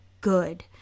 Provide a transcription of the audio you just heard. good